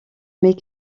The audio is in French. mes